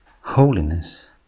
holiness